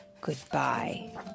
goodbye